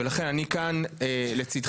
ולכן אני כאן לצדך